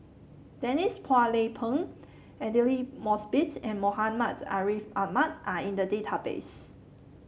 Denise Phua Lay Peng Aidli Mosbit and Muhammad Ariff Ahmad are in the database